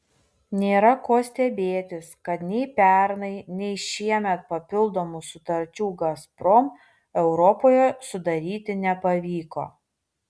nėra ko stebėtis kad nei pernai nei šiemet papildomų sutarčių gazprom europoje sudaryti nepavyko